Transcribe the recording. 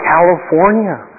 California